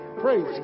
Praise